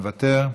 מוותר,